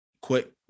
quick